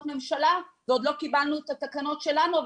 ממשלה ועוד לא קיבלנו את התקנות שלנו.